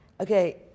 okay